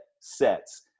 sets